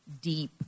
deep